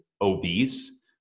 obese